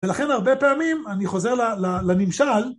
ולכן הרבה פעמים אני חוזר לנמשל